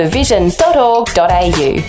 vision.org.au